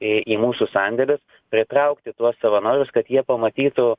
į į mūsų sandėlius pritraukti tuos savanorius kad jie pamatytų